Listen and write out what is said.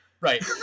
right